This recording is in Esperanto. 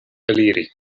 eliri